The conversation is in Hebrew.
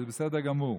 וזה בסדר גמור.